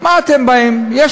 מה אתם באים ואומרים?